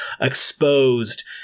exposed